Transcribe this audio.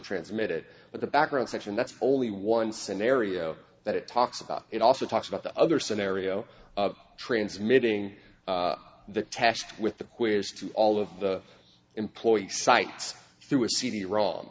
transmitted but the background section that's only one scenario that it talks about it also talks about the other scenario of transmitting the task with the quiz to all of the employee sites through a cd rom